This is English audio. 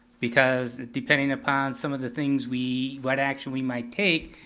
because, depending upon some of the things we, what action we might take,